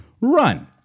run